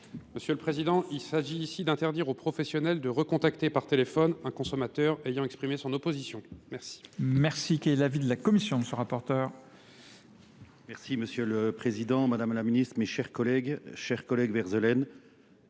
Monsieur le Président, il s'agit ici d'interdire aux professionnels de recontacter par téléphone un consommateur ayant exprimé son opposition. Merci. Merci. Quelle est l'avis de la Commission, monsieur le rapporteur ? Merci, Monsieur le Président, Madame la Ministre, mes chers collègues, chers collègues Verzelaine.